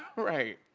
right.